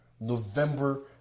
November